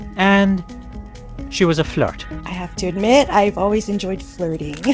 and she was a flirt i have to admit i've always enjoyed flirting. yeah